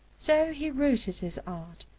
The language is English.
so he rooted his art,